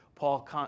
Paul